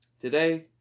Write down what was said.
today